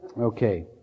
Okay